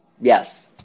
Yes